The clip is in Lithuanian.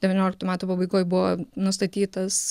devynioliktų metų pabaigoj buvo nustatytas